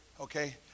okay